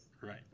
Right